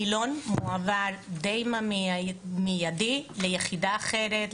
הנילון מועבר באופן די מיידי ליחידה אחרת,